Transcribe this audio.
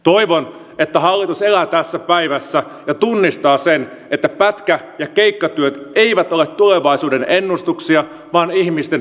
toivon että hallitus elää tässä päivässä ja tunnistaa sen että pätkä ja keikkatyöt eivät ole tulevaisuuden ennustuksia vaan ihmisten arkipäivää